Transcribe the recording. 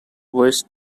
west